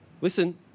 Listen